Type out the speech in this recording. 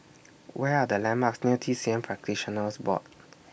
Where Are The landmarks near T C M Practitioners Board